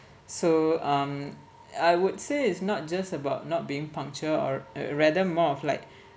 so um I would say it's not just about not being punctual or rather more of like